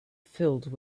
filled